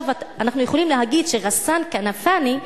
אנחנו יכולים להגיד שע'סאן כנפאני,